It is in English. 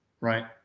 Right